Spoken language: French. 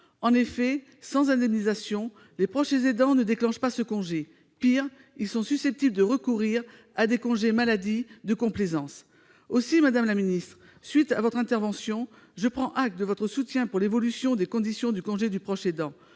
Sans indemnisation, les proches aidants ne déclenchent pas ce congé ; pis, ils sont susceptibles de recourir à des congés maladie de complaisance. Aussi, madame la secrétaire d'État, à la suite de votre intervention, je prends acte de votre soutien à l'évolution des conditions du congé de proche aidant.